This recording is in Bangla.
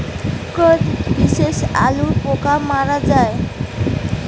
কোন বিষে আলুর পোকা মারা যায়?